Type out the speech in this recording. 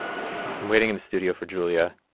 i'm waiting in the studio for julia.